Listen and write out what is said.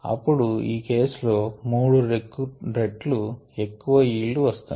అప్పుడు ఈ కేస్ లో 3రెట్లు ఎక్కువ ఈల్డ్ వచ్చినది